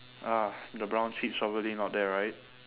ah the brown sheep's probably not there right